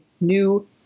new